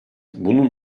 bunun